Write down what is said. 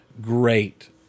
great